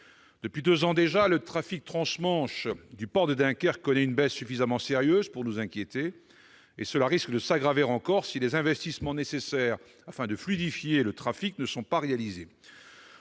Depuis deux ans déjà, le trafic transmanche du port de Dunkerque connaît une baisse suffisamment sérieuse pour nous inquiéter. La situation risque de s'aggraver encore si les investissements nécessaires à la fluidification du trafic ne sont pas réalisés.